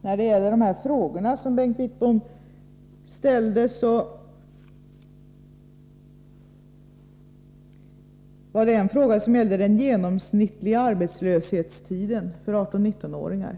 När det gäller de frågor som Bengt Wittbom ställde, så var det en av dem som gällde den genomsnittliga arbetslöshetstiden för 18-19-åringar.